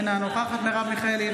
אינה נוכחת מרב מיכאלי,